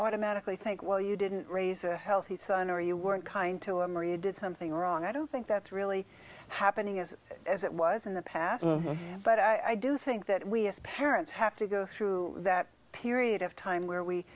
automatically think well you didn't raise a healthy son or you weren't kind to him or you did something wrong i don't think that's really happening is as it was in the past but i do think that we as parents have to go through that period of time where we